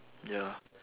ya